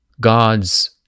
God's